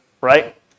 right